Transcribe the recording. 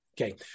Okay